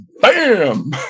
Bam